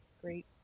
great